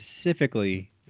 specifically